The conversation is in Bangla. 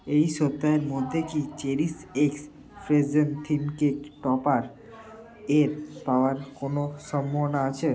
এই সপ্তাহের মধ্যে কি CherishX frozen theme cake topper এর পাওয়ার কোনও সম্ভাবনা আছে